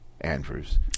Andrews